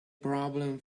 problem